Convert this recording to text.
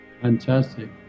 fantastic